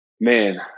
man